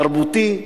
תרבותי,